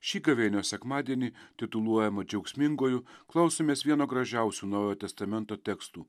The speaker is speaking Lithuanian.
šį gavėnios sekmadienį tituluojamu džiaugsminguoju klausomės vieno gražiausių naujojo testamento tekstų